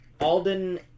Alden